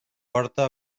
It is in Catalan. porta